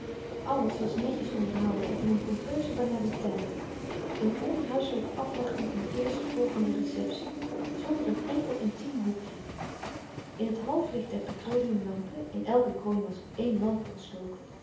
alles was netjes onderhouden en van een pompeuze banaliteit een louis couperus de stille kracht onhuislijke afwachting van de eerst volgende receptie zonder een enkel intiem hoekje in het halflicht der petroleumlampen in elke kroon was éen lamp ontstoken